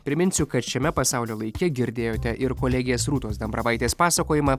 priminsiu kad šiame pasaulio laike girdėjote ir kolegės rūtos dambravaitės pasakojimą